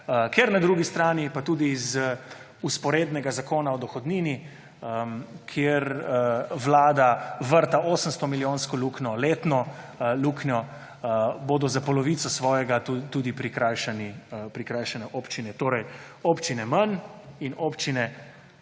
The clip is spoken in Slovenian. na drugi strani pa tudi iz vzporednega Zakona o dohodnini, kje vlada vrta 800-milijonsko luknjo, letno luknjo, bodo za polovico svojega tudi prikrajšane občine. Torej, občine manj in občine